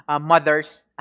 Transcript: mothers